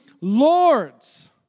lords